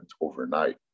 overnight